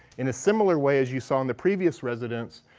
in a similar way, as you saw in the previous residence,